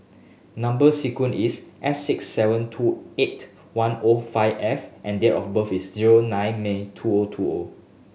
number sequence is S six seven two eight one O five F and date of birth is zero nine May two O two O